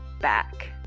back